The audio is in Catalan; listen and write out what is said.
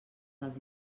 dels